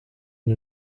and